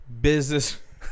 business